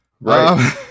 right